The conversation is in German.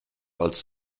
als